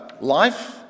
life